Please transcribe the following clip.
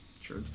Sure